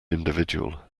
individual